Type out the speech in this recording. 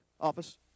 office